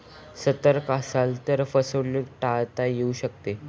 सतर्क असाल तर फसवणूक टाळता येऊ शकते